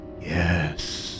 Yes